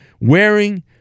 wearing